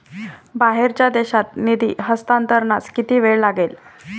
बाहेरच्या देशात निधी हस्तांतरणास किती वेळ लागेल?